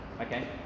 okay